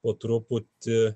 po truputį